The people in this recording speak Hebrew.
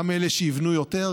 גם אלה שיבנו יותר,